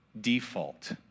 default